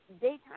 daytime